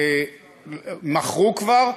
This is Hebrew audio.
מכרו כבר,